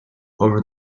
over